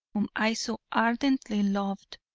whom i so ardently loved,